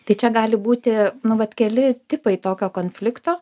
tai čia gali būti nu vat keli tipai tokio konflikto